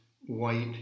white